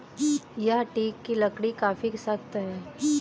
यह टीक की लकड़ी काफी सख्त है